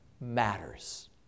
matters